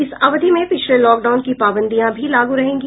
इस अवधि में पिछले लॉकडाउन की पाबंदियां भी लागू रहेंगी